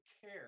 care